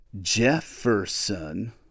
Jefferson